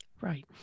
Right